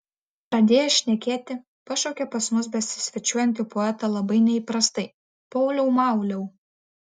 pradėjęs šnekėti pašaukė pas mus besisvečiuojantį poetą labai neįprastai pauliau mauliau